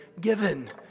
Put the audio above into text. given